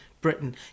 Britain